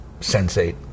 sensate